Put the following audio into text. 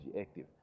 active